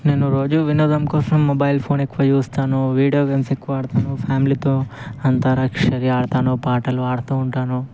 నేను రోజూ వినోదం కోసం మొబైల్ ఫోన్ ఎక్కువ చూస్తాను వీడియో గేమ్స్ ఎక్కువ ఆడతాను ఫ్యామిలీతో అంత్యాక్షరి ఆడతాను పాటలు ఆడుతూ ఉంటాను